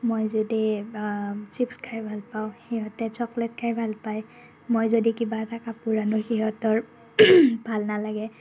মই যদি চিপছ খাই ভাল পাওঁ সিহঁতে চকলেট খাই ভাল পায় মই যদি কিবা এটা কাপোৰ আনোঁ সিহঁতৰ ভাল নালাগে